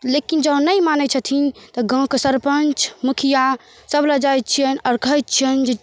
लेकिन जहन नहि मानै छथिन तऽ गामके सरपञ्च मुखिआ सभलग जाइ छिअनि आओर कहै छिअनि